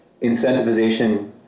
incentivization